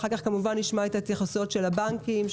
נשמע את ההתייחסויות של הבנקים,